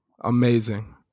amazing